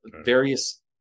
various